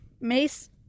Mace